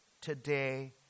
today